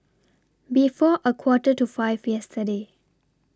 before A Quarter to five yesterday